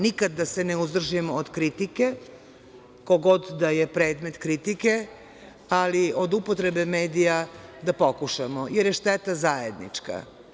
Nikada se ne uzdržimo od kritike, ko god da je predmet kritike, ali od upotrebe medija da pokušamo, jer je šteta zajednička.